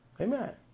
Amen